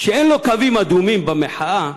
שאין לו קווים אדומים במחאה,